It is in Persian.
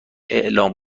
اعلام